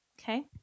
okay